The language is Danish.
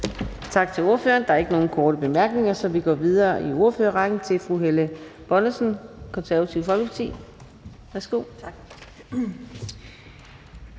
Tak til ordføreren. Der er ikke flere korte bemærkninger, så vi går videre i ordførerrækken til fru Signe Munk, Socialistisk Folkeparti. Værsgo.